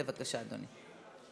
בבקשה, אדוני.